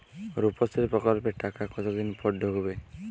রুপশ্রী প্রকল্পের টাকা কতদিন পর ঢুকবে?